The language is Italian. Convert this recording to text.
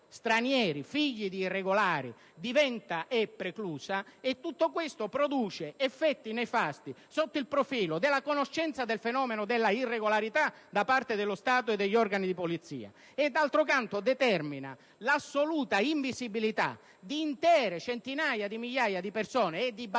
stranieri figli di irregolari è preclusa e tutto questo produce effetti nefasti sotto il profilo della conoscenza del fenomeno della irregolarità da parte dello Stato e degli organi di polizia; d'altro canto, determina altresì l'assoluta invisibilità di centinaia di migliaia di persone e di bambini,